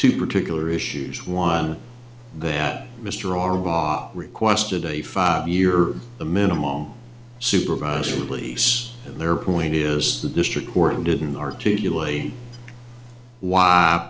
two particular issues one that mr arvai requested a five year the minimal supervised release and their point is the district court didn't articulate why